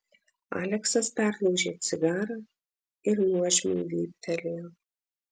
aleksas perlaužė cigarą ir nuožmiai vyptelėjo